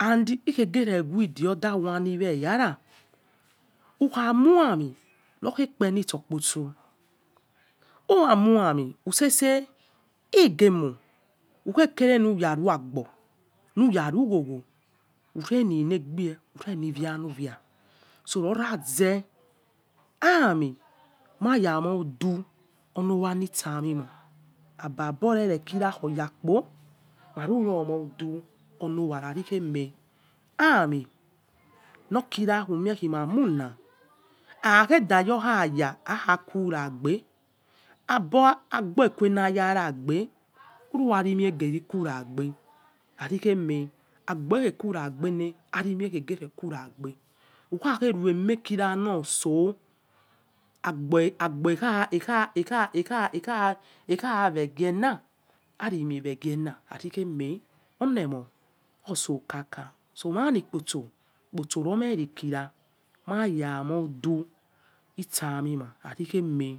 Audi ikheghere ghne the other one eya à ukha khuami nikhi ekpe in sopokso. uwon khuami utse- igekhu ughyekene hyyarhagbo huyaru ghogho ureni lebie ureni lebie ureni iria uvia so noraze ami maya mọ̀ uahi olowa sa' ahrin ma aba bo khonekiaina oyakpo iyo ma'udu olowa khari emay a'amin ho kira khima khyena akha gheda yo aya akha khuera gbe, aba agbo khue hyara-egbe lkhwo ara min kuragbe lkhor eme agbo khe kurabel lkhor ara win gheke kumgbe tehan eme ukhaghe reme no kua nosel. Agbo ekha regheha araumin egbo reghena olemon oso kaka mai in kposo, okposo ni me ọ kira ldai ya mo uda isa minia khari khemay